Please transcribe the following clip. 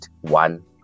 one